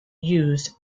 used